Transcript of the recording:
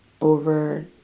over